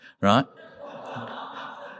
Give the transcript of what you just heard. right